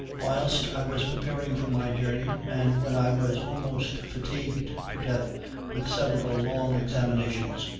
whilst i was preparing for my journey, and when i was almost fatigued to death with several long examinations,